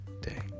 day